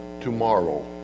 tomorrow